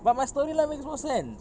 but my story line makes more sense